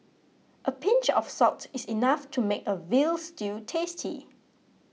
a pinch of salt is enough to make a Veal Stew tasty